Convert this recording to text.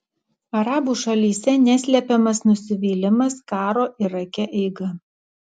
arabų šalyse neslepiamas nusivylimas karo irake eiga